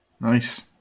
Nice